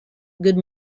good